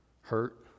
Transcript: hurt